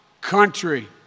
country